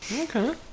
Okay